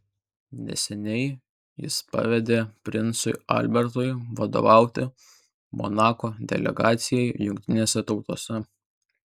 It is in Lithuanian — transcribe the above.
neseniai jis pavedė princui albertui vadovauti monako delegacijai jungtinėse tautose